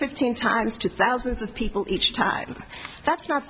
fifteen times to thousands of people each time that's not